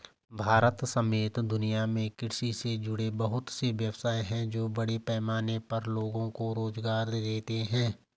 भारत समेत दुनिया में कृषि से जुड़े बहुत से व्यवसाय हैं जो बड़े पैमाने पर लोगो को रोज़गार देते हैं